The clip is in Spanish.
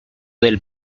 del